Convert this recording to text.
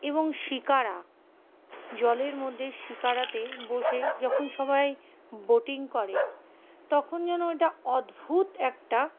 এবং শিকারা জলের মধ্যে শিকারাতে বসে যখন সবাই বোটিং করে তখন যেন ওইটা অদ্ভুত একটা